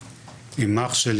עם אח שלי,